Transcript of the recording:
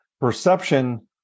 perception